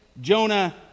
Jonah